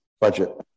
Budget